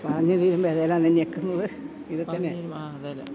പറഞ്ഞ് തീരുമ്പോൾ ഏതിലാണ് ഞെക്കുന്നത് ഇതൊക്കെത്തന്നെ വന്ദേ മാതരം